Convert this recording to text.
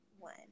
one